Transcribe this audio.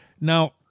Now